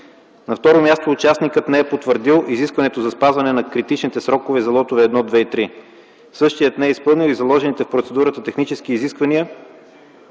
На второ място, участникът не е потвърдил изискването за спазване на критичните срокове за лотове 1, 2 и 3. Същият не е изпълнил и заложените в процедурата технически изисквания